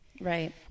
right